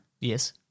Yes